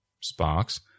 sparks